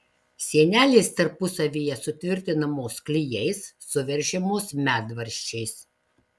sienelės tarpusavyje sutvirtinamos klijais suveržiamos medvaržčiais